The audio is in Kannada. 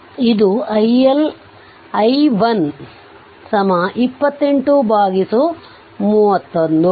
ಆದ್ದರಿಂದ ಇದು i1 43 10 7 2831 ampere